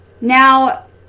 Now